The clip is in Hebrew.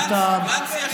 גנץ ישן.